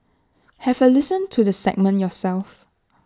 have A listen to the segment yourself